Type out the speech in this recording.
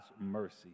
mercy